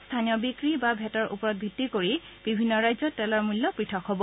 স্থানীয় বিক্ৰী বা ভেটৰ ওপৰত ভিত্তি কৰি বিভিন্ন ৰাজ্যত তেলৰ মূল্য পৃথক হ'ব